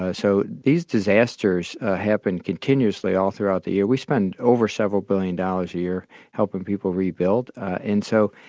ah so these disasters happen continuously all throughout the year. we spend over several billion dollars a year helping people rebuild. and so,